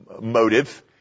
motive